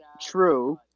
true